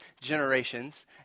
generations